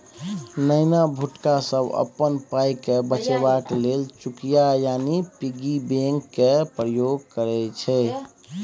नेना भुटका सब अपन पाइकेँ बचेबाक लेल चुकिया यानी पिग्गी बैंक केर प्रयोग करय छै